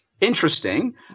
interesting